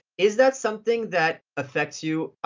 is that something that affects you?